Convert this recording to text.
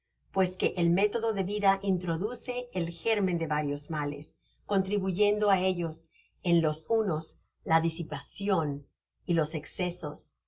pues que el método de vida introduce el gérmen de varios males contribuyendo á ellos en los unos la disipacion y los escesos